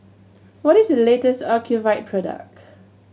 what is the latest Ocuvite product